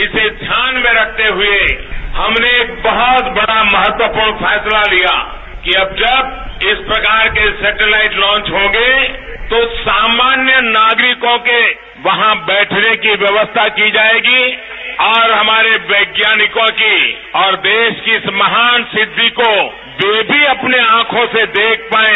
इसे ध्यान में रखते हुए हमने एक बहुत बड़ा महत्वपूर्ण फैसला लिया कि अब जब इस प्रकार की सेटेलाइट लांच होंगे तो सामान्य नागरिकों के वहां बैठने की व्यवस्था की जाएगी और हमारे वैज्ञानिकों की और देश की इस महान सिद्धि को वे भी अपनी आंखों से देखपाएं